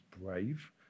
brave